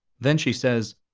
then she says,